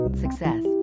Success